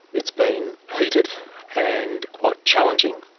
it's been heated and quite challenging.